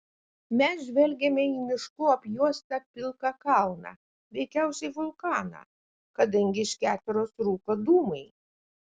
mes žvelgėme į miškų apjuostą pilką kalną veikiausiai vulkaną kadangi iš keteros rūko dūmai